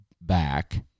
back